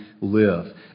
live